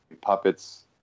puppets